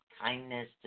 kindness